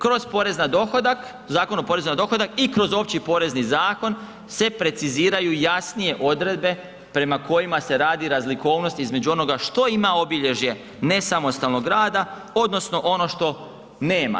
Kroz porez na dohodak, Zakon o porezu na dohodak i kroz opći Porezni zakon se preciziraju jasnije odredbe prema kojima se radi razlikovnost između onoga što ima obilježje nesamostalnog rada, odnosno ono što nema.